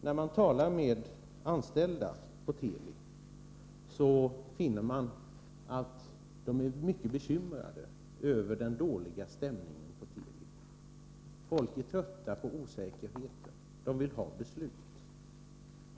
När man talar med anställda på Teli finner man att de är mycket bekymrade över den dåliga stämningen på Teli. Folk är trötta på osäkerheten, de vill ha beslut.